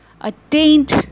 attained